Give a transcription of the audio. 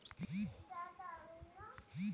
इ कीड़ा मकोड़ा के मारे खातिर सस्ता तरीका हौ